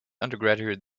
undergraduate